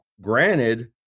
granted